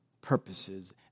purposes